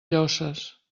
llosses